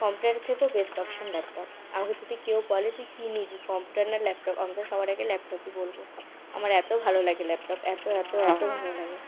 কম্পিউটারের থেকেও best option laptop আমাকে যদি কেউ বলে তুই কি নিবি কম্পিউটার না ল্যাপটপ আমি তো সবার আগে ল্যাপটপই বলবো আমার এত ভালো লাগে ল্যাপটপ এত এত এত ভালো লাগে